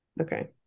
okay